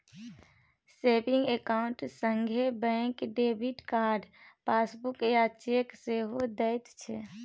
saving account संगे bank debit card, passbook आ cheque सेहो दैत छै